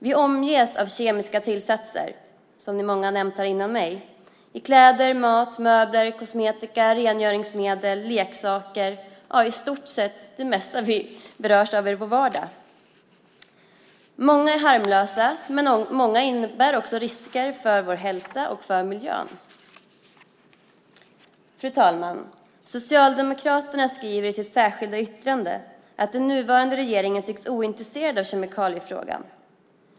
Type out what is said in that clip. Vi omges av kemiska tillsatser, som ju många har nämnt här före mig. De finns i kläder, mat, möbler, kosmetika, rengöringsmedel, leksaker - ja, i stort sett i det mesta vi berörs av i vår vardag. Många är harmlösa, men många innebär också risker för vår hälsa och för miljön. Fru talman! Socialdemokraterna skriver i sitt särskilda yttrande att den nuvarande regeringen tycks ointresserad av kemikaliefrågan.